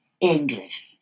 English